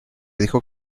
dijo